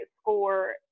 score